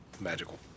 Magical